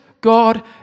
God